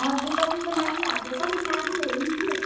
हजुर तपाईँको नानी हाम्रो पनि नानी हो नि